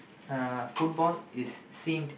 uh football is seen